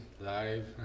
live